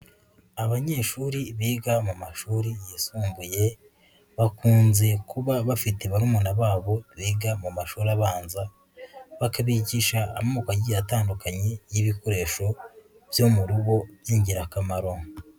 Abanyeshuri biga mu mashuri yisumbuye bakunze kuba bafite barumuna babo biga mu mashuri abanza, bakabigisha amoko agiye atandukanye y'ibikoresho byo mu rugo by'ingirakamaro.